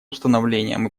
установлением